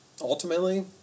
Ultimately